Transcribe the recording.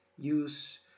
use